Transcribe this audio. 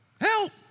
help